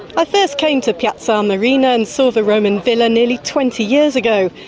i first came to piazza armerina and saw the roman villa nearly twenty years ago.